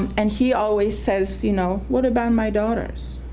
and he always says, you know, what about my daughters?